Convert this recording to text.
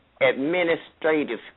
administrative